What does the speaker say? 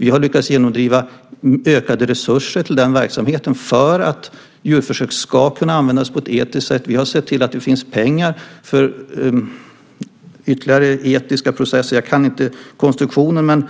Vi har lyckats genomdriva ökade resurser till den verksamheten för att djurförsök ska kunna användas på ett etiskt sätt. Vi har sett till att det finns pengar för ytterligare etiska processer. Jag kan inte konstruktionen